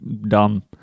dumb